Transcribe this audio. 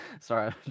Sorry